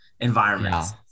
environments